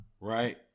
Right